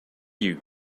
you